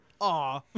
Aw